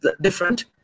different